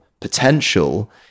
potential